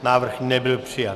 Návrh nebyl přijat.